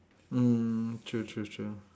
mm true true true